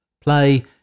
Play